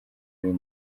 y’iyi